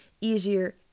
easier